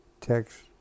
Text